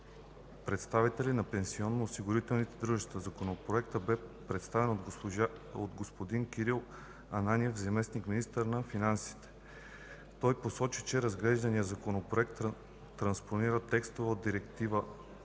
представители на пенсионноосигурителни дружества. Законопроектът бе представен от господин Кирил Ананиев – заместник-министър на финансите. Той посочи, че разглеждания законопроект транспонира текстове от Директива